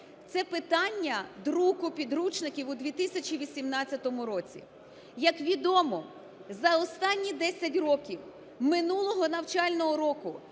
Це питання друку підручників у 2018 році. Як відомо, за останні 10 років минулого навчального року